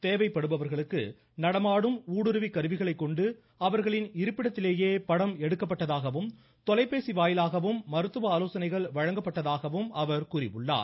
தேவைப்படுபவா்களுக்கு நடமாடும் ஊடுருவிக் கருவிகளைக் கொண்டு அவர்களின் இருப்பிடத்திலேயே படம் எடுக்கப்பட்டதாகவும் தொலைபேசி வாயிலாகவும் மருத்துவ ஆலோசனைகள் வழங்கப்பட்டதாகவும் அவர் கூறியிருக்கிறார்